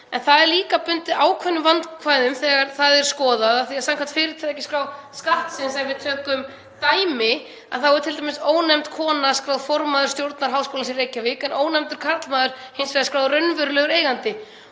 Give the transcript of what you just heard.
En það er líka bundið ákveðnum vandkvæðum þegar það er skoðað af því að samkvæmt fyrirtækjaskrá Skattsins, ef við tökum dæmi, þá er t.d. ónefnd kona skráð formaður stjórnar Háskólans í Reykjavík en ónefndur karlmaður hins vegar skráður raunverulegur eigandi.